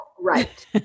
right